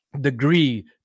degree